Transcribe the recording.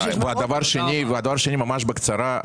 דבר שני, ממש בקצרה.